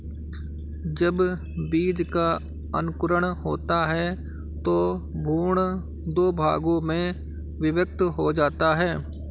जब बीज का अंकुरण होता है तो भ्रूण दो भागों में विभक्त हो जाता है